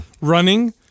running